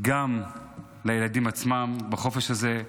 וגם לילדים עצמם בחופש הזה,